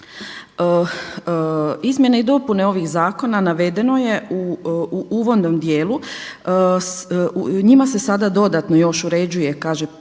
Izmjene i dopune ovih zakona navedeno je uvodnom dijelu, njima se dodatno još uređuje kaže